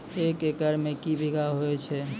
एक एकरऽ मे के बीघा हेतु छै?